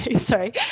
Sorry